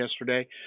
yesterday